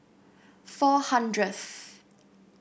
four hundredth